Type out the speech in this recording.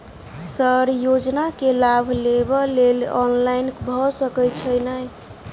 Sir योजना केँ लाभ लेबऽ लेल ऑनलाइन भऽ सकै छै नै?